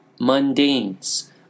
mundanes